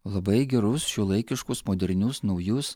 labai gerus šiuolaikiškus modernius naujus